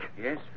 Yes